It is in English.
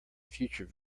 future